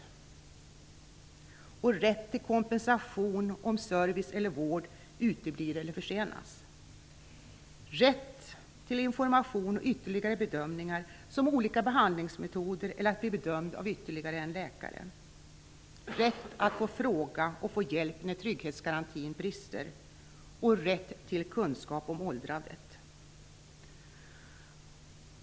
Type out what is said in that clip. Rätt till information och ytterligare bedömningar, t.ex. vad gäller olika behandlingsmetoder eller bedömning av ytterligare en läkare. - Rätt att fråga och få hjälp när trygghetsgarantin brister.